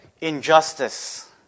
injustice